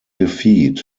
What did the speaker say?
defeat